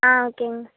ஆ ஓகேங்க